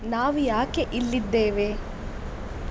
ನಾವು ಯಾಕೆ ಇಲ್ಲಿದ್ದೇವೆ